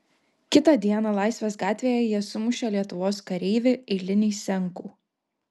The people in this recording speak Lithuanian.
kitą dieną laisvės gatvėje jie sumušė lietuvos kareivį eilinį senkų